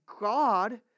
God